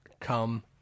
come